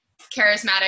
charismatic